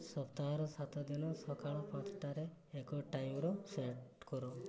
ସପ୍ତାହରେ ସାତ ଦିନ ସକାଳ ପାଞ୍ଚଟାରେ ଏକ ଟାଇମର୍ ସେଟ୍ କର